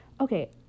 okay